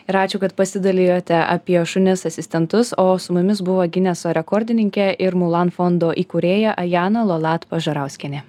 ir ačiū kad pasidalijote apie šunis asistentus o su mumis buvo gineso rekordininkė ir mulan fondo įkūrėja ajan lolat pažarauskienė